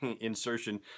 insertion